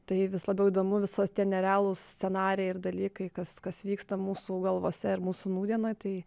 tai vis labiau įdomu visos tie nerealūs scenarijai ir dalykai kas kas vyksta mūsų galvose ir mūsų nūdienoj tai